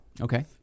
okay